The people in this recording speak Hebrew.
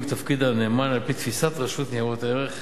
תפקיד הנאמן על-פי תפיסת רשות ניירות ערך,